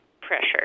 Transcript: pressure